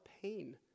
pain